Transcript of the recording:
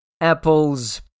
Apple's